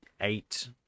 eight